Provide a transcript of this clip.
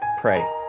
pray